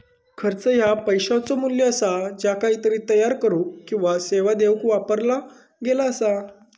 खर्च ह्या पैशाचो मू्ल्य असा ज्या काहीतरी तयार करुक किंवा सेवा देऊक वापरला गेला असा